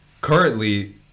currently